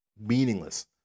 meaningless